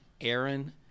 Aaron